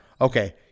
Okay